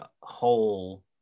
whole